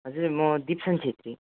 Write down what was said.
हजुर म दिप्सेन छेत्री